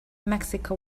mexico